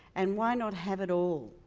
and why not have it all?